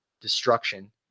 destruction